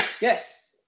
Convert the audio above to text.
Yes